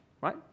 right